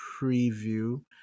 preview